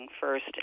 first